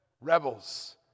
rebels